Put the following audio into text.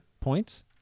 points